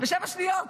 ושבע שניות.